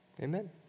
amen